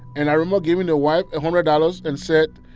and i remember giving the wife a hundred dollars and said,